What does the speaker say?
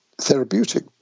therapeutic